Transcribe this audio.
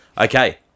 Okay